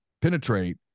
penetrate